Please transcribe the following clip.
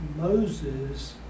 Moses